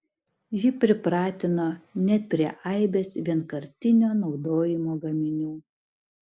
ji pripratino net prie aibės vienkartinio vartojimo gaminių